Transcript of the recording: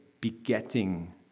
begetting